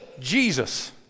Jesus